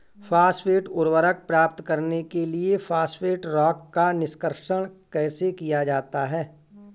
Phosphate उर्वरक प्राप्त करने के लिए फॉस्फेट रॉक का निष्कर्षण कैसे किया जाता है?